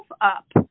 up